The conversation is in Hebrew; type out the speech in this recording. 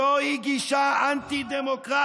זוהי גישה אנטי-דמוקרטית,